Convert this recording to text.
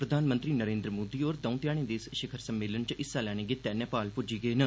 प्रधानमंत्री नरेन्द्र मोदी होर दौं ध्याड़ें दे इस शिखर सम्मेलन च हिस्सा लैने गितै नेपाल पुज्जे गे न